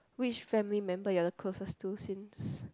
which family member you are closest to since